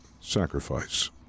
sacrifice